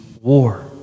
war